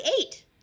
eight